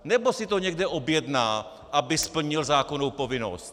Nebo si to někde objedná, aby splnil zákonnou povinnost?